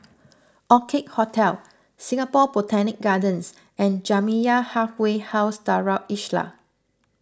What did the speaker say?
Orchid Hotel Singapore Botanic Gardens and Jamiyah Halfway House Darul Islah